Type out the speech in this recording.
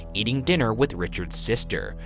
eating dinner with richard's sister.